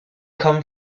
come